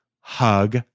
Hug